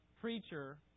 preacher